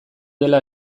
dela